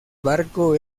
barco